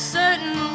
certain